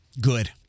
good